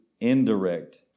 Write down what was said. indirect